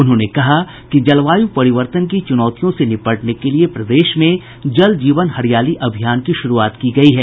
उन्होंने कहा कि जलवायु परिवर्तन की चुनौतियों से निपटने के लिए प्रदेश में जल जीवन हरियाली अभियान की शुरूआत की गयी है